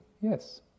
Yes